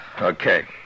Okay